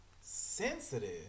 sensitive